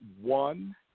one